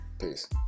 Peace